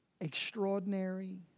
extraordinary